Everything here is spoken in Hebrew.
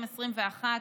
באוקטובר 2021,